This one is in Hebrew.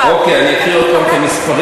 אוקיי, אני אקריא עוד פעם את המספרים.